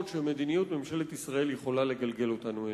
שמדיניות ממשלת ישראל יכולה לגלגל אותנו אליהן.